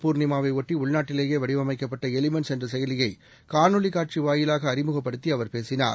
பூர்ணிமாவையொட்டிஉள்நாட்டிலேயேவடிவமைக்கப்பட்டஎலிமென்ஸ் குரு என்றசெயலியைகாணொலிகாட்சிவாயிலாக அறிமுகப்படுத்தி அவர் பேசினார்